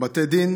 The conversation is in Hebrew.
בתי דין